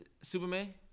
Superman